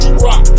rock